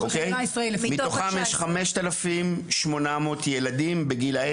נכון להיום בבוקר מתוכם יש 5,800 ילדים בגילי